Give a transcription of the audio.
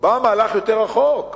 אובמה הלך יותר רחוק,